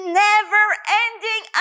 never-ending